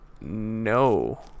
No